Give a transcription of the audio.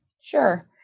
Sure